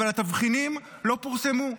אבל התבחינים לא פורסמו.